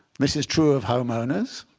this is true of homeowners.